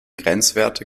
grenzwerte